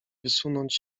wysunąć